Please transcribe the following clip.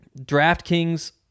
DraftKings